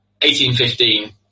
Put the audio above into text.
1815